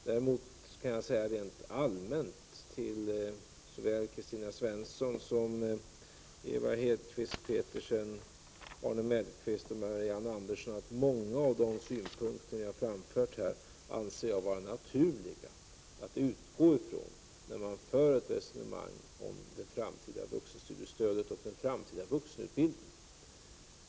Däremot kan jag rent allmänt säga till Kristina Svensson, Ewa Hedkvist 141 Petersen, Arne Mellqvist och Marianne Andersson att det i resonemanget om det framtida vuxenstudiestödet och den framtida vuxenutbildningen är naturligt att utgå från många av de synpunkter som ni här har framfört.